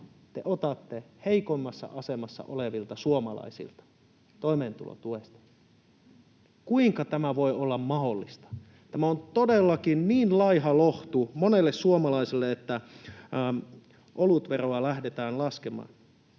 te otatte heikoimmassa asemassa olevilta suomalaisilta toimeentulotuesta. Kuinka tämä voi olla mahdollista? Tämä on todellakin niin laiha lohtu monelle suomalaiselle, että olutveroa lähdetään laskemaan.